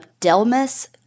Delmas